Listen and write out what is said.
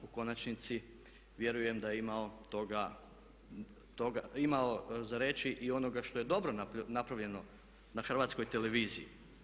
U konačnici vjerujem da je imao za reći i onoga što je dobro napravljeno na HRT-u.